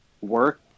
work